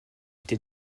été